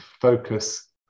focus